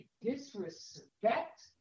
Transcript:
disrespect